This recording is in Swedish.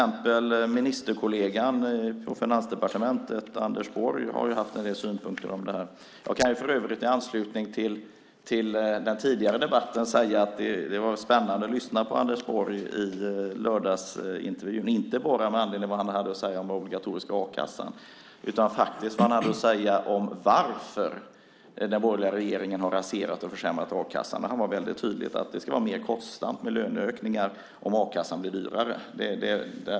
Ministerkollegan på Finansdepartementet Anders Borg har till exempel har haft en del synpunkter på detta. Jag kan i anslutning till den tidigare debatten säga att det var spännande att lyssna på Anders Borg i lördagsintervjun. Det gäller inte bara vad han hade att säga om den obligatoriska a-kassan utan också vad han hade att säga om varför den borgerliga regeringen har raserat och försämrat a-kassan. Han sade väldigt tydligt att det ska vara mer kostsamt med löneökningar om a-kassan blir dyrare.